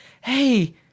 hey